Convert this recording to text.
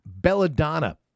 belladonna